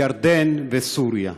ירדן וסוריה.